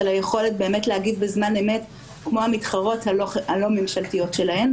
על היכולת באמת להגיב בזמן אמת כמו המתחרות הלא-ממשלתיות שלהן.